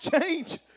change